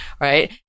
right